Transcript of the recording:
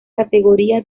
categoría